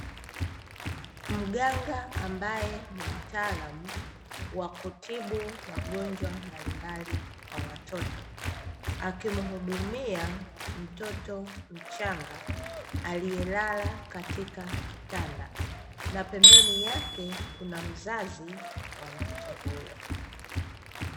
Mganga ambaye ni mtaalamu wa kutibu magonjwa mbalimbali kwa watoto. Akimuhudumia mtoto mchanga aliyelala katika kitanda, na pembeni yake kuna mzazi wa mtoto huyo.